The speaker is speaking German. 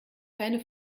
keine